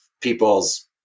people's